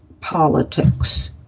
politics